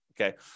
okay